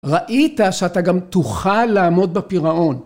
ראית שאתה גם תוכל לעמוד בפירעון.